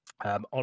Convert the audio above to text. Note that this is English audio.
On